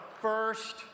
first